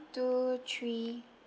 two three